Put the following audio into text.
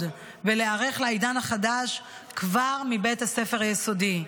ולהיערך לעידן החדש כבר מבית הספר היסודי.